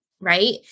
right